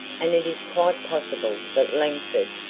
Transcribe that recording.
and it is quite possible that langford,